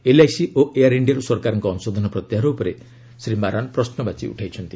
LIC ଓ Air ଇଣ୍ଡିଆରୁ ସରକାରଙ୍କ ଅଂଶଧନ ପ୍ରତ୍ୟାହାର ଉପରେ ଶ୍ରୀ ମାରାନ ପ୍ରଶ୍ନବାଚୀ ଉଠାଇଛନ୍ତି